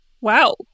Wow